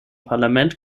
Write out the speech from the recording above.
parlament